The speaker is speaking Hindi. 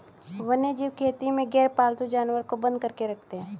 वन्यजीव खेती में गैरपालतू जानवर को बंद करके रखते हैं